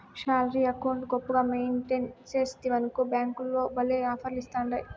salary account గొప్పగా maintain సేస్తివనుకో బ్యేంకోల్లు భల్లే ఆపర్లిస్తాండాయి